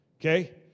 Okay